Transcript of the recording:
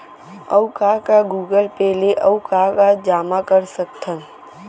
अऊ का का गूगल पे ले अऊ का का जामा कर सकथन?